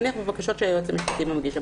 נניח בבקשות שהיועץ המשפטי מגיש.